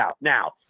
Now